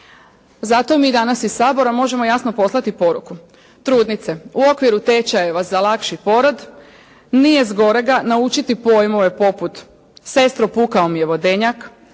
Zato mi danas iz Sabora možemo jasno poslati poruku. Trudnice u okviru tečajeva za lakši porod nije zgorega naučiti pojmove poput: sestro pukao mi je vodenjak,